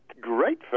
great